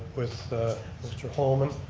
with mr. holman.